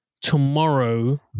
tomorrow